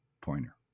pointer